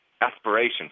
aspiration